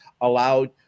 allowed